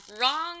Wrong